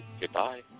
Goodbye